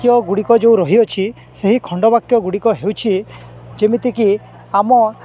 ବାକ୍ୟ ଗୁଡ଼ିକ ଯୋଉ ରହିଅଛି ସେହି ଖଣ୍ଡବାକ୍ୟ ଗୁଡ଼ିକ ହେଉଛି ଯେମିତିକି ଆମ